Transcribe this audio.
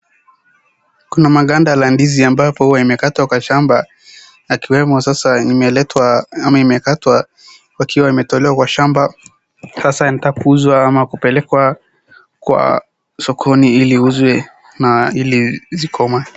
kuna maganda la ndizi ambapo imekatwa kwa shamba wakiwemo sasa imeletwa ama imekatwa ikiwa kwa kuwa imetolewa kwa shamba kwa centre kuuzwa au kupelekwa soko ili iuzwe ama ikomae